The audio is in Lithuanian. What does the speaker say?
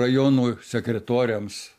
rajono sekretoriams